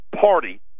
Party